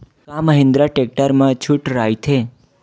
का महिंद्रा टेक्टर मा छुट राइथे?